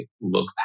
look